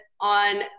on